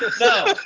No